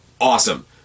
Awesome